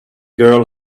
girl